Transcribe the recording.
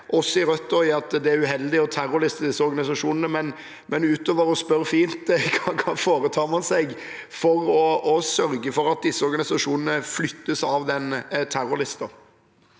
oss i Rødt i at det er uheldig å terrorliste disse organisasjonene, men utover å spørre fint: Hva foretar man seg for å sørge for at organisasjonene flyttes fra denne terrorlisten?